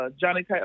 Johnny